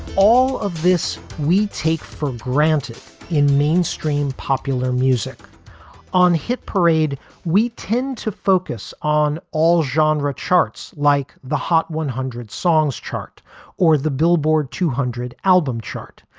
all of this we take for granted in mainstream popular music on hit parade we tend to focus on all genre charts like the hot one hundred songs chart or the billboard two hundred album chart.